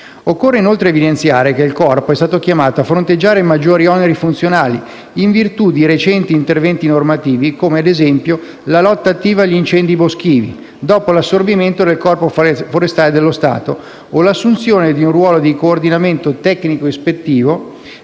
Occorre, inoltre, evidenziare che il Corpo è stato chiamato a fronteggiare maggiori oneri funzionali in virtù di recenti interventi normativi come, ad esempio, la lotta attiva agli incendi boschivi dopo l'assorbimento del Corpo forestale dello Stato o l'assunzione di un ruolo di coordinamento tecnico-ispettivo